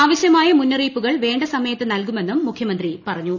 ആവശ്യമായ മുന്നിറ്റിയിപ്പുകൾ വേണ്ട സമയത്ത് നൽകുമെന്നും മുഖ്യമന്ത്രി പറഞ്ഞു